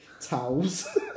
towels